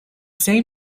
same